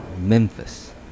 Memphis